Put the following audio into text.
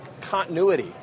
continuity